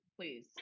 Please